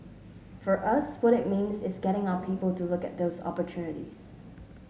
for us what it means is getting our people to look at those opportunities